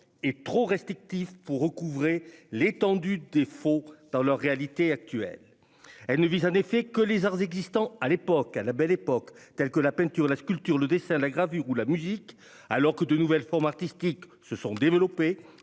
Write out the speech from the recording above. est trop restrictif pour couvrir toute l'étendue des faux dans leur réalité actuelle. Elle ne vise en effet que les arts existant à la Belle Époque tels que la peinture, la sculpture, le dessin, la gravure ou la musique, alors que de nouvelles formes artistiques- photographie,